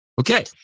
Okay